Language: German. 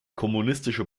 kommunistische